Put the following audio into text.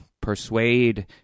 persuade